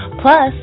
Plus